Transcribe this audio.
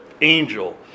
angel